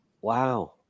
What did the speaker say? Wow